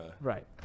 Right